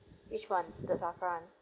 which [one] the SAFRA [one]